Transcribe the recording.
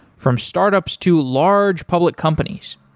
from startups to large public companies.